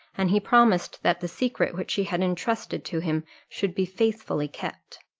and he promised that the secret which she had entrusted to him should be faithfully kept.